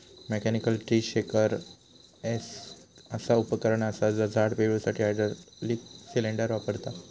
mechanical tree shaker एक असा उपकरण असा जा झाड पिळुसाठी हायड्रॉलिक सिलेंडर वापरता